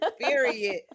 Period